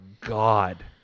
God